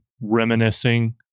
reminiscing